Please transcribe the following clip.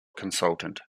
consultant